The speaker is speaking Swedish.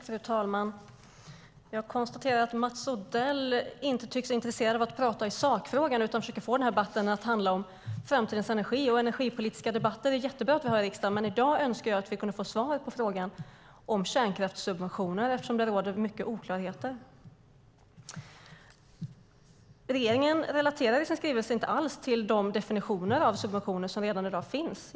Fru talman! Jag konstaterar att Mats Odell inte tycks vara så intresserad av att tala om sakfrågan utan försöker få debatten att handla om framtidens energi. Det är jättebra att vi har energipolitiska debatter här i riksdagen. Men i dag önskar jag att vi kan få svar på frågan om kärnkraftssubventioner eftersom det råder oklarhet i den frågan. Regeringen relaterar i sin skrivelse inte alls till de definitioner av subventioner som redan finns.